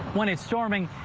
when it's storming,